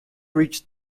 reached